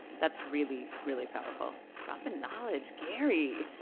that's really, really powerful. dropping knowledge, gary